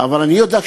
אבל אני יודע,